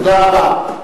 תודה רבה.